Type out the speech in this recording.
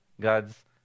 God's